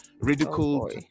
ridiculed